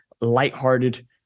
lighthearted